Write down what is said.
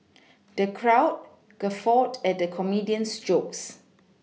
the crowd guffawed at the comedian's jokes